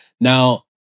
Now